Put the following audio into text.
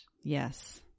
yes